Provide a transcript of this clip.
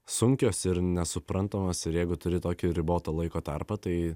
sunkios ir nesuprantamos ir jeigu turi tokį ribotą laiko tarpą tai